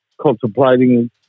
contemplating